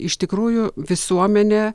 iš tikrųjų visuomenė